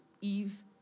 Eve